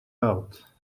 out